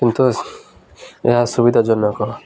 କିନ୍ତୁ ଏହା ସୁବିଧାଜନକ